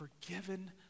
forgiven